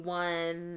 one